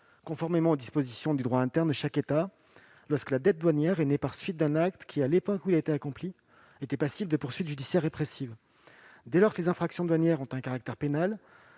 conformément aux dispositions du droit interne de chaque État, lorsque la dette douanière est née par suite d'un acte qui, à l'époque où il a été accompli, était passible de poursuites judiciaires répressives. Dès lors que les infractions douanières ont un caractère pénal,